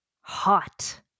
hot